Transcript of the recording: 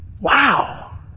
Wow